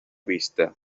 vista